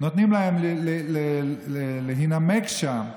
נותנים להם להימק שם,